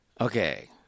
Okay